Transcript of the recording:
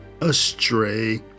astray